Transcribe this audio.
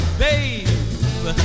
babe